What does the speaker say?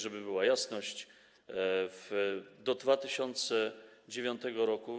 Żeby była jasność: do 2009 r.